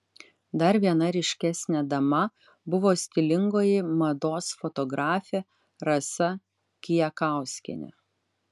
dar viena ryškesnė dama buvo stilingoji mados fotografė rasa kijakauskienė